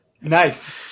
nice